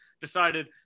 decided